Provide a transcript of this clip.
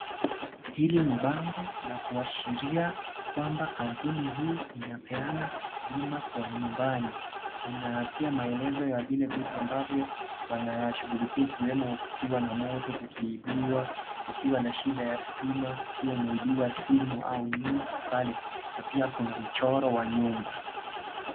Hili ni bango kuashiria kuwa kampuni hiyo inaonekana bima kwa nyumbani ina pia maelezo ya kila kitu ambavyo wanashughulikia ikiwemo moto, ukiwa umevunjwa ikiibiwa siMu au nini na pia pale kuna mchoro wa nyumba.